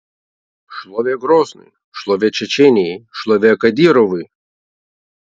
šlovė groznui šlovė čečėnijai šlovė kadyrovui